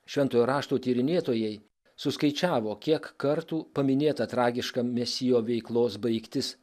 šventojo rašto tyrinėtojai suskaičiavo kiek kartų paminėta tragiška mesijo veiklos baigtis